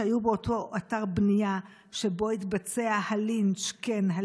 שהיו באותו אתר בנייה שבו התבצע הלינץ' כן,